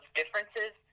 differences